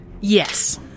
Yes